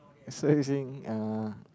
so I think uh